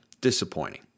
Disappointing